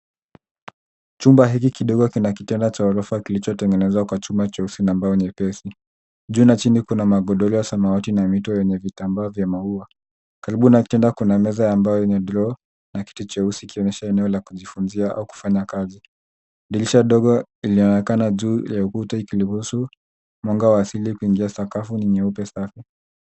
Jumba hiki kidogo kina kitanda cha gorofa kilicho tengenezwa kwa chuma jeusi na mbao nyepesi. Juu na jini kuna magodoro ya samawati na vito venye vitabaa vya mau. Karibu na kitanda kuna meza ya mbao yenye drawer na kiti jeusi eneo ya kujifunzia au kufanya kazi, dirisha ndogo ilionekana juu ya ukuta likiruhusu mwanga wa asili kuingia. Sakafu ni nyeupe safi.